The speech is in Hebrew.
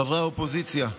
חברי האופוזיציה,